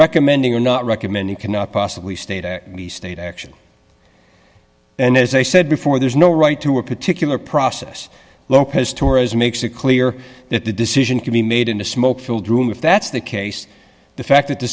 recommending or not recommend you cannot possibly state the state action and as i said before there's no right to a particular process lopez torres makes it clear that the decision could be made in a smoke filled room if that's the case the fact that the